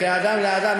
כאדם לאדם,